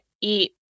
eat